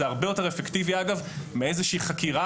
זה הרבה יותר אפקטיבי מאיזושהי חקירה